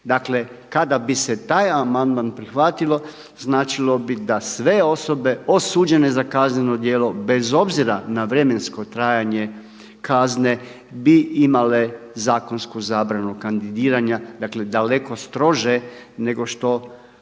Dakle, kada bi se taj amandman prihvatilo značilo bi da sve osobe osuđene za kazneno djelo bez obzira na vremensko trajanje bi imale zakonsku zabranu kandidiranja, dakle daleko strože nego što